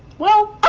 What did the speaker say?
well.